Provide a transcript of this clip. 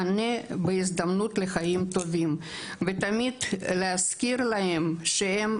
יוצרים שילוב באורח חיים פעיל תוך גילוי אכפתיות ותשומת לב.